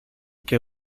que